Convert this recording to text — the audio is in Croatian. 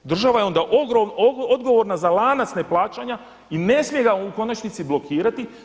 Država je onda odgovorna za lanac neplaćanja i ne smije ga u konačnici blokirati.